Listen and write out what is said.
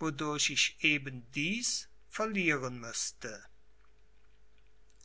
wodurch ich eben dies verlieren müßte